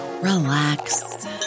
relax